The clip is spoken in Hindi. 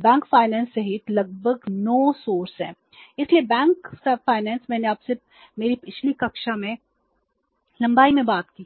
बैंक वित्त सहित लगभग 9 स्रोत हैं इसलिए बैंक वित्त मैंने आपसे मेरी पिछली कक्षा में लंबाई में बात की है